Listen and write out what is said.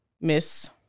Miss